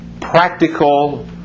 practical